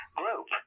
group